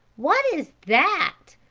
what is that?